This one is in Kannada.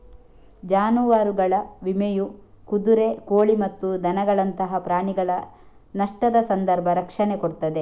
ಜಾನುವಾರುಗಳ ವಿಮೆಯು ಕುದುರೆ, ಕೋಳಿ ಮತ್ತು ದನಗಳಂತಹ ಪ್ರಾಣಿಗಳ ನಷ್ಟದ ಸಂದರ್ಭ ರಕ್ಷಣೆ ಕೊಡ್ತದೆ